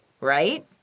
right